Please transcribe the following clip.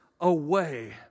away